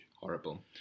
Horrible